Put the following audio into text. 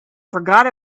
forgot